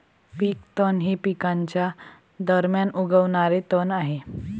पीक तण हे पिकांच्या दरम्यान उगवणारे तण आहे